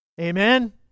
Amen